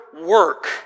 work